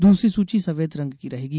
दूसरी सूची सफेद रंग की रहेगी